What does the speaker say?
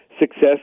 success